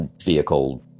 Vehicle